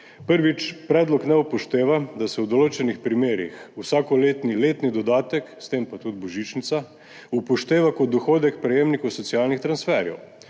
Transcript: Prvič. Predlog ne upošteva, da se v določenih primerih vsakoletni letni dodatek, s tem pa tudi božičnica, upošteva kot dohodek prejemnikov socialnih transferjev.